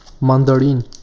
mandarin